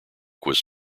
was